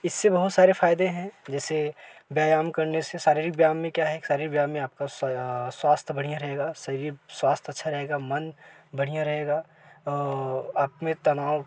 इससे बहुत सारे फायदे हैं जैसे व्यायाम करने से शारीरिक व्यायाम में क्या है शारीरिक व्यायाम में आपका सया स्वास्थय बढ़ियाँ रहेगा शरीर स्वास्थय अच्छा रहेगा मन बढ़ियाँ रहेगा आप में तनाव